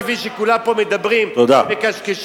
כפי שכולם פה מדברים ומקשקשים,